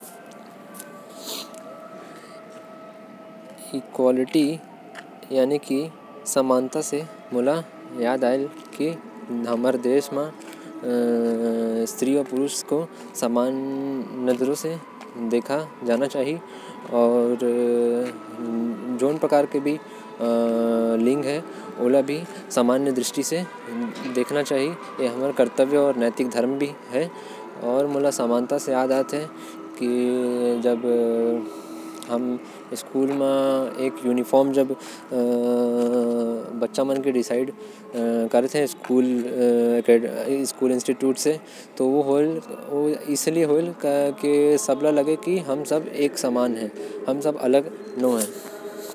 समानता से समझ आयेल की हम सब्बो ला सब मन के समान भाव से देखे बर चाही। हर स्त्री, पुरुष के हमन ला एक भाव से देखे बर चाही ए हर हमर नैतिक कर्तव्य हवे।